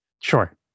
Sure